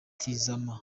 tizama